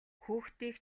хүүхдийг